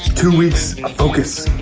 two weeks of focus.